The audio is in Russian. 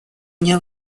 мне